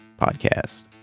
podcast